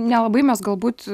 nelabai mes galbūt